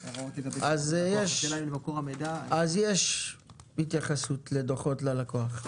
אם כן, יש התייחסות לדוחות ללקוח.